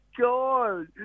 God